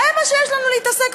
זה מה שיש לנו להתעסק?